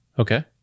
Okay